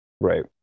right